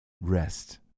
rest